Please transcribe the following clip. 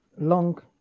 long